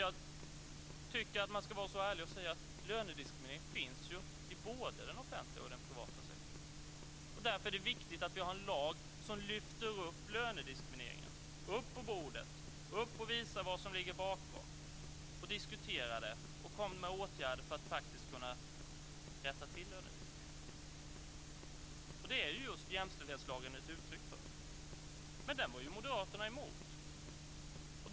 Jag tycker att man ska vara så ärlig att man säger att lönediskriminering finns i både den offentliga och den privata sektorn. Därför är det viktigt att vi har en lag som lyfter upp lönediskrimineringen på bordet, visar vad som ligger bakom, diskuterar detta och kommer med åtgärder för att faktiskt kunna rätta till lönediskrimineringen. Detta är just jämställdhetslagen ett uttryck för. Men den var ju Moderaterna emot.